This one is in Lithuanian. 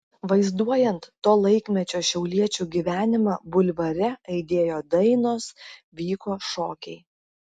vaizduojant to laikmečio šiauliečių gyvenimą bulvare aidėjo dainos vyko šokiai